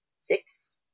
six